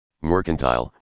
Mercantile